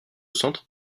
centre